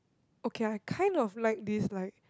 okay I kind of like this like